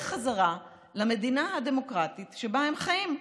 חזרה למדינה הדמוקרטית שבה הם חיים.